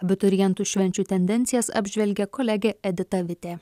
abiturientų švenčių tendencijas apžvelgė kolegė edita vitė